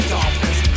Dolphins